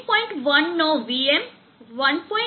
1 નો VM 1